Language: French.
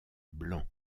blanc